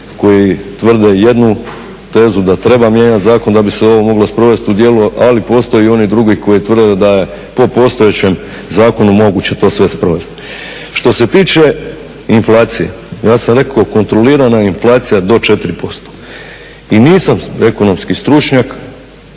koji tvrde jednu tezu da treba mijenjati zakon da bi se ovo moglo sprovesti u djelo, ali postoje i oni drugi koji tvrde da je po postojećem zakonu moguće to sve sprovesti. Što se tiče inflacije, ja sam rekao kontrolirana inflacija do 4% i nisam ekonomski stručnjak,